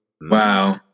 Wow